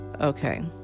okay